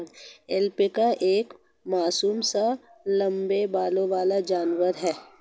alpaca एक मासूम सा लम्बे बालों वाला जानवर है